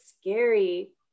scary